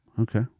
okay